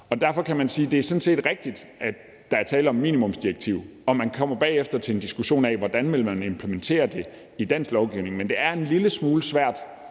Derfor kan man sige, at det sådan set er rigtigt, at der er tale om et minimumsdirektiv. Man kommer bagefter til en diskussion af, hvordan man vil implementere det i dansk lovgivning. Men det er en lille smule svært